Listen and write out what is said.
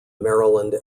maryland